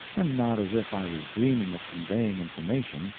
and not as if i was dreaming of conveying information,